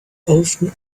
often